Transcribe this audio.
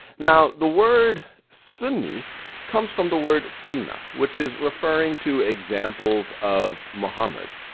now, the word sunni comes from the word sunnah which is referring to examples of muhammad.